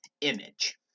image